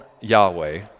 Yahweh